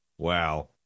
Wow